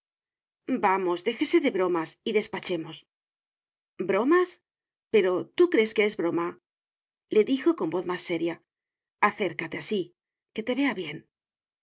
vamos déjese de bromas y despachemos bromas pero tú crees que es broma le dijo con voz más seria acércate así que te vea bien